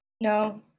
No